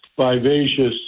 vivacious